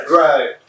right